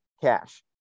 cash